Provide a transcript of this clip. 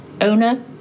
owner